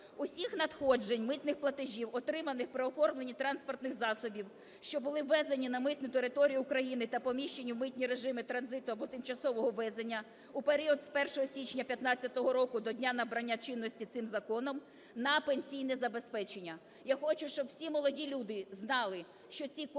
всіх надходжень митних платежів, отриманих при оформленні транспортних засобів, що були ввезені на митну територію України та поміщені в митні режими транзиту або тимчасового ввезення в період 1 січня 2015 року до дня набрання чинності цим законом, на пенсійне забезпечення. Я хочу, щоб всі молоді люди знали, що ці кошти